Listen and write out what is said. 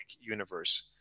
universe